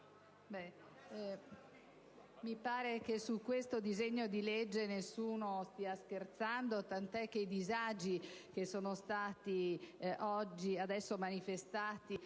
Mi pare che su questo disegno di legge nessuno stia scherzando, tant'è che i disagi che sono stati adesso manifestati